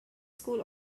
school